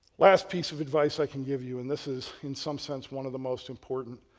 last piece of advice i can give you, and this is in some sense one of the most important,